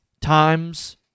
Times